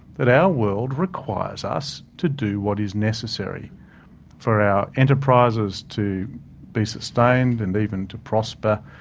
that our world requires us to do what is necessary for our enterprises to be sustained and even to prosper.